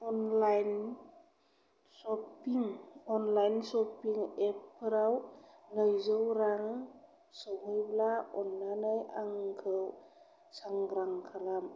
online shopping online shopping एपफोराव नैजौ रां सौहैब्ला अन्नानै आंखौ सांग्रां खालाम